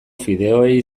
fideoei